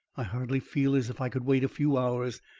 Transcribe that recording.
i hardly feel as if i could wait a few hours.